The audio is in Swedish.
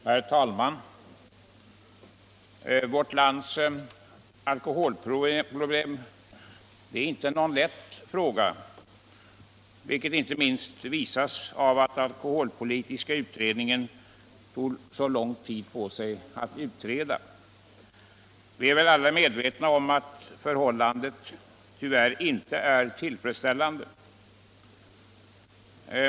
Herr talman! Vårt lands alkoholproblem är inte någon lätt fråga, vilket inte minst visas av att alkoholpolitiska utredningen tog så lång tid på sig för att utreda den. Vi är väl alla medvetna om att förhållandena tyvärr inte är tillfredsställande.